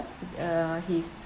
uh he's